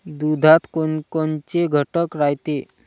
दुधात कोनकोनचे घटक रायते?